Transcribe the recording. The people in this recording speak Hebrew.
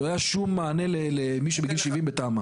לא היה שום מענה למי שבגיל 70 בתמ"א.